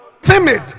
timid